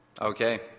Okay